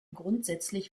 grundsätzlich